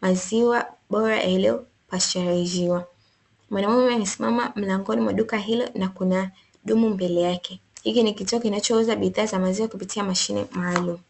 maziwa Bora yaliyo ashaliziwa, bodabida amesimama mlangoni mwa duka hilo y na kuna dumu mbele yake na kituo kinacho iza maziwa kupitia mashine maaalumu.